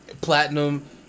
platinum